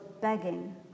begging